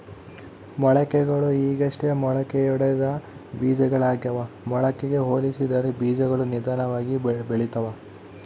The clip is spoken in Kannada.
ಮೊಳಕೆಗಳು ಈಗಷ್ಟೇ ಮೊಳಕೆಯೊಡೆದ ಬೀಜಗಳಾಗ್ಯಾವ ಮೊಳಕೆಗೆ ಹೋಲಿಸಿದರ ಬೀಜಗಳು ನಿಧಾನವಾಗಿ ಬೆಳಿತವ